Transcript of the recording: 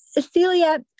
Celia